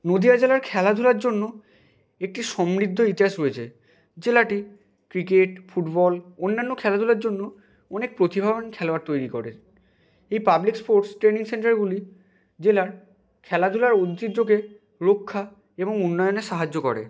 নদীয়া জেলায় খেলাধুলার জন্য একটি সমৃদ্ধ ইতিহাস রয়েছে জেলাটি ক্রিকেট ফুটবল অন্যান্য খেলাধুলার জন্য অনেক প্রতিভাবান খেলোয়াড় তৈরি করে এই পাবলিক স্পোর্টস ট্রেনিং সেন্টারগুলি জেলার খেলাধুলার উন্তিহ্যকে রক্ষা এবং উন্নয়নে সাহায্য করে